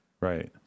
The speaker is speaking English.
Right